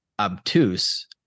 obtuse